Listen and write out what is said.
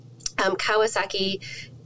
Kawasaki